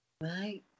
Right